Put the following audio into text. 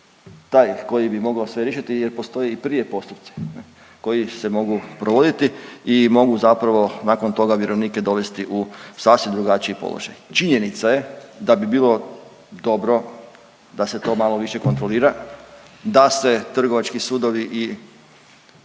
taj koji bi mogao sve riješiti jer postoje i prije postupci koji se mogu provoditi i mogu zapravo nakon toga vjerovnike dovesti u sasvim drugačiji položaj. Činjenica je da bi bilo dobro da se to malo više kontrolira, da se trgovački sudovi i